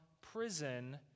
prison